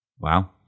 wow